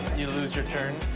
you lose your turn.